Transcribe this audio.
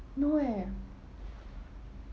no eh